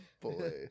boy